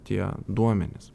tie duomenys